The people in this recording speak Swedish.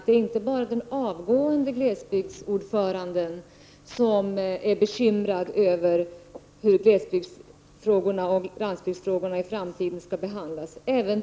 Det är inte bara glesbygdsdelegationens avgående ordförande som är bekymrad över hur glesbygdsoch landsbygdsfrågorna skall hanteras i framtiden.